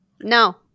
No